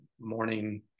morning